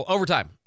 Overtime